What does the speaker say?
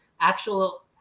actual